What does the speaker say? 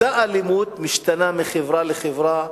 אותה אלימות משתנה מחברה לחברה,